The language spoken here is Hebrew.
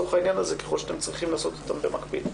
ככל שאתם צריכים לעשות אותן, במקביל.